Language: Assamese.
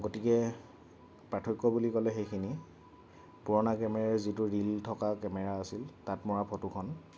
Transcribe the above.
গতিকে পাৰ্থক্য বুলি ক'লে সেইখিনি পুৰণা কেমেৰাৰে যিটো ৰীল থকা কেমেৰা আছিল তাত মৰা ফটোখন